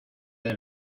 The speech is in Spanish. del